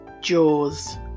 jaws